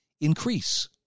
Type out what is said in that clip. increase